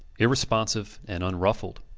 irresponsive, and unruffled.